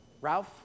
Ralph